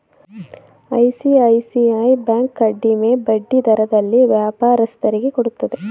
ICICI bank ಕಡಿಮೆ ಬಡ್ಡಿ ದರದಲ್ಲಿ ವ್ಯಾಪಾರಸ್ಥರಿಗೆ ಕೊಡುತ್ತದೆ